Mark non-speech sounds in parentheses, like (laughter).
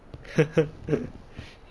(laughs)